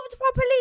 properly